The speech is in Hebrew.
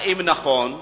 1. האם נכון הדבר?